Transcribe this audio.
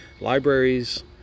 libraries